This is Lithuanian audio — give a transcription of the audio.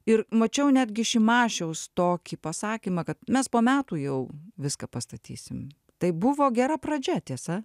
ir mačiau netgi šimašiaus tokį pasakymą kad mes po metų jau viską pastatysim tai buvo gera pradžia tiesa